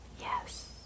Yes